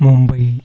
Mumbai